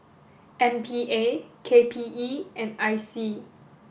M P A K P E and I C